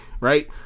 right